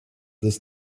this